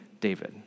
David